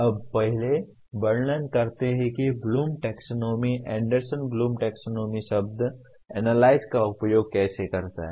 अब पहले हम वर्णन करते हैं कि Bloom taxonomy Anderson Bloom taxonomy शब्द एनालाइज का उपयोग कैसे करता है